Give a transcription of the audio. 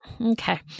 Okay